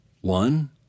One